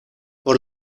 por